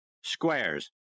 Squares